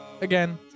again